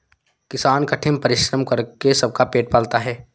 किसान कठिन परिश्रम करके सबका पेट पालता है